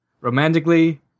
Romantically